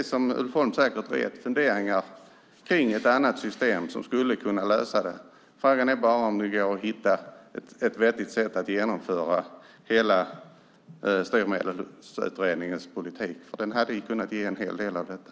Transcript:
Som Ulf Holm säkert vet har vi funderingar på ett annat system som skulle kunna lösa detta. Frågan är bara om det går att hitta ett vettigt sätt att genomföra hela Styrmedelsutredningens politik. Den hade ju kunnat ge en hel del av detta.